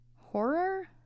horror